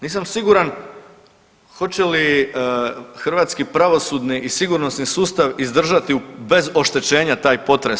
Nisam siguran hoće li hrvatski pravosudni i sigurnosni sustav izdržati bez oštećenja taj potres.